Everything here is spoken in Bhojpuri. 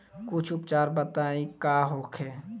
कुछ उपचार बताई का होखे?